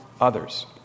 others